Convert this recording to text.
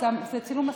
זה צילום מסך.